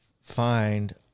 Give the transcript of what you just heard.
find